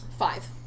Five